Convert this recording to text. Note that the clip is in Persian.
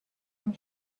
اون